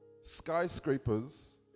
Skyscrapers